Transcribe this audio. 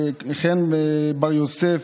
לחן בר יוסף,